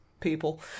people